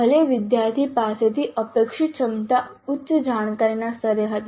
ભલે વિદ્યાર્થી પાસેથી અપેક્ષિત ક્ષમતા ઉચ્ચ જાણકારીના સ્તરે હતી